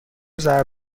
ضرب